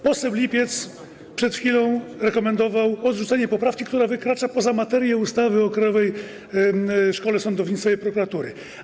Poseł Lipiec przed chwilą rekomendował odrzucenie poprawki, która wykracza poza materię ustawy o Krajowej Szkole Sądownictwa i Prokuratury.